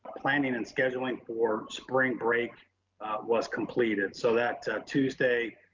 planning and scheduling for spring break was completed. so that tuesday,